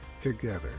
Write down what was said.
Together